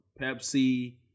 Pepsi